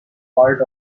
part